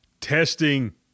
testing